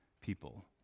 people